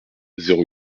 zéro